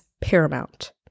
paramount